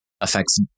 affects